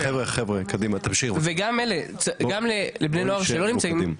נכון וגם לבני נוער שלא נמצאים,